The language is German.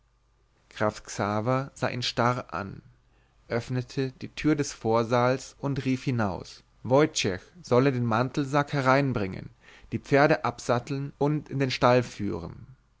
sah ihn starr an öffnete die tür des vorsaals und rief hinaus woyciech solle den mantelsack hereinbringen die pferde absatteln und in den stall führen